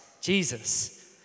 Jesus